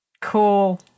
Cool